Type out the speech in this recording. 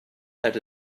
that